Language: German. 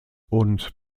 und